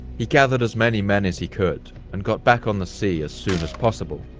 he gathered as many men as he could and got back on the sea as soon as possible.